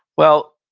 well,